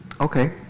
Okay